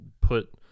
put